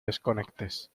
desconectes